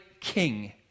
king